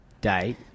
date